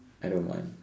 I don't mind